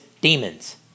demons